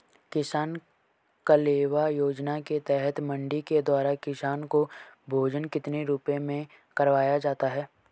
किसान कलेवा योजना के तहत मंडी के द्वारा किसान को भोजन कितने रुपए में करवाया जाता है?